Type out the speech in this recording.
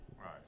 Right